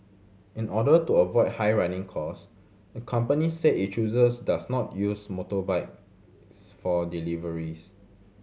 in order to avoid high running cost the company said it chooses does not use motorbikes for deliveries